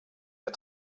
der